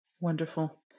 Wonderful